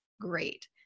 great